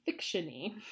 fictiony